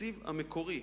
התקציב המקורי,